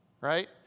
right